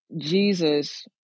Jesus